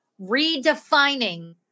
Redefining